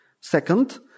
Second